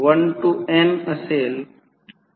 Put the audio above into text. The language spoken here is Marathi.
01 Ω दिले गेले आहे